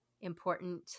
important